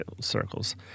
circles